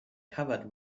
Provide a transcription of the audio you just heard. covered